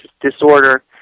disorder